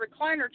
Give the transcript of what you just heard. recliner